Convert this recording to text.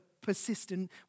persistent